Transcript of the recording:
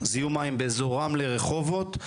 זיהום מים באזור רמלה-רחובות.